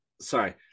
sorry